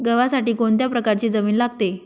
गव्हासाठी कोणत्या प्रकारची जमीन लागते?